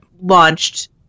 launched